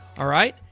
alright,